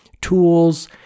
tools